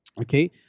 Okay